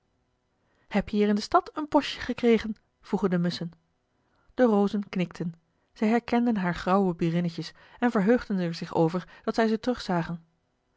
heb je hier in de stad een postje gekregen vroegen de musschen de rozen knikten zij herkenden haar grauwe burinnetjes en verheugden er zich over dat zij ze